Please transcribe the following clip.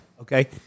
Okay